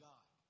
God